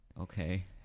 Okay